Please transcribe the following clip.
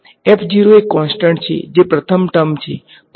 તેથી આ મને h આપશે એક કોંસ્ટટંટ છે જે પ્રથમ ટર્મ છે